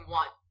one